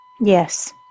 Yes